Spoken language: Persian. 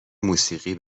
موسیقی